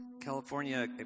California